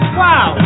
wow